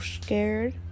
scared